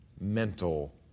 mental